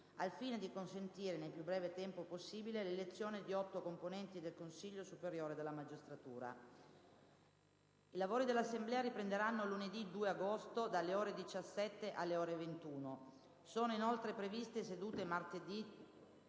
al fine di consentire nel più breve tempo possibile l'elezione di otto componenti del Consiglio superiore della magistratura. I lavori dell'Assemblea riprenderanno lunedì 2 agosto dalle ore 17 alle ore 21. Sono inoltre previste sedute martedì